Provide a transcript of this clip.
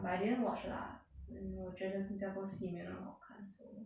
but I didn't watch lah um 我觉得新加坡戏没有那么好看 so